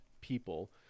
people